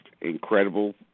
incredible